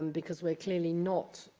um because we're clearly not